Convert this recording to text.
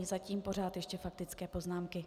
Zatím pořád ještě faktické poznámky.